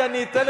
אתה רק